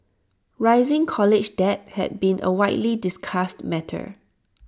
rising college debt has been A widely discussed matter